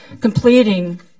completing